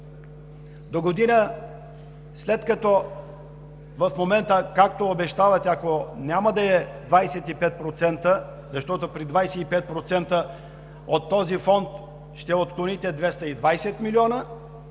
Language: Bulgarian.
Догодина, след като в момента, както обещавате, ако няма да е 25%, защото при 25% от този фонд ще отклоните 220 млн.